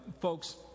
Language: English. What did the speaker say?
folks